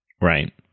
right